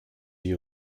you